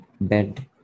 bed